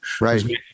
right